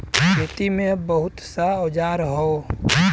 खेती में अब बहुत सा औजार हौ